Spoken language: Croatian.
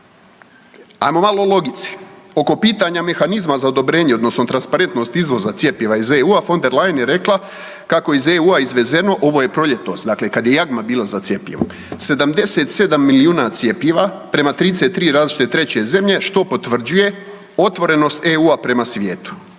Ajmo malo o logici. Oko pitanja mehanizma za odobrenje odnosno transparentnost izvoza cjepiva iz EU-a von der Leyen je rekla kako je iz EU-a izvezeno, ovo je proljetos, dakle kad je jagma bila za cjepivom, 77 milijuna cjepiva prema 33 različite treće zemlje, što potvrđuje otvorenost EU-a prema svijetu.